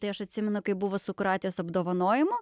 tai aš atsimenu kaip buvo su kroatijos apdovanojimu